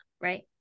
right